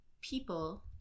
people